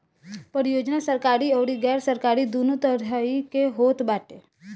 परियोजना सरकारी अउरी गैर सरकारी दूनो तरही के होत बाटे